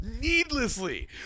Needlessly